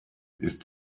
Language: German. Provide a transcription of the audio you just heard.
ist